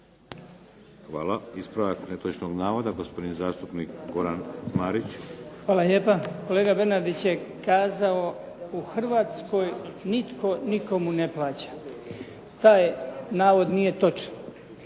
Hvala. Ispravak netočnog navoda, gospodin zastupnik Goran Marić. **Marić, Goran (HDZ)** Hvala lijepa. Kolega Bernardić je kazao u Hrvatskoj nitko nikomu ne plaća. Taj navod nije točan.